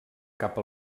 cap